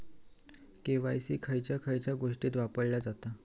KYC खयच्या खयच्या गोष्टीत वापरला जाता?